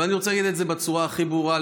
אבל אני רוצה להגיד את זה בצורה הכי ברורה,